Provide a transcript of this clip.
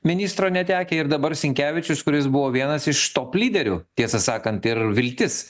ministro netekę ir dabar sinkevičius kuris buvo vienas iš top lyderių tiesą sakant ir viltis